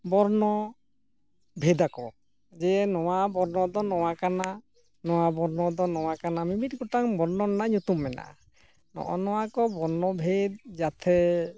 ᱵᱚᱨᱱᱚ ᱵᱷᱮᱫᱽᱼᱟᱠᱚ ᱡᱮ ᱱᱚᱣᱟ ᱵᱚᱨᱱᱚᱫᱚ ᱱᱚᱣᱟ ᱠᱟᱱᱟ ᱱᱚᱣᱟ ᱵᱚᱨᱱᱚᱫᱚ ᱱᱚᱣᱟ ᱠᱟᱱᱟ ᱢᱤᱼᱢᱤᱫ ᱜᱚᱴᱟᱝ ᱵᱚᱨᱱᱚ ᱨᱮᱱᱟᱜ ᱧᱩᱛᱩᱢ ᱢᱮᱱᱟᱜᱼᱟ ᱱᱚᱜᱼᱚ ᱱᱚᱣᱟᱠᱚ ᱵᱚᱨᱱᱚ ᱵᱷᱮᱫᱽ ᱡᱟᱛᱷᱮ